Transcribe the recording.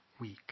Week